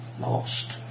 lost